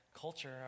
culture